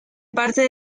parte